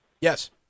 Yes